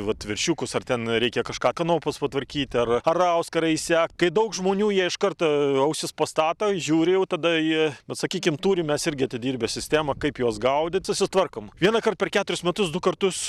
vat veršiukus ar ten reikia kažką kanopos patvarkyti ar ar auskarą įsegt kai daug žmonių jie iš karta ausis pastato žiūri jau tada jie bet sakykim turim irgi atidirbę sistemą kaip juos gaudyt susitvarkom vienąkart per keturis metus du kartus